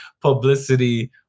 publicity